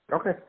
Okay